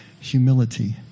humility